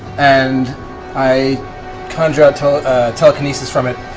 and i conjure out telekinesis from it,